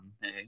hey